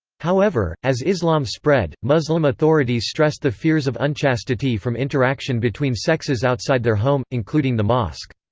however, as islam spread, muslim authorities stressed the fears of unchastity from interaction between sexes outside their home, including the mosque.